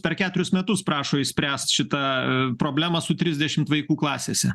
per keturius metus prašo išspręst šitą problemą su trisdešimt vaikų klasėse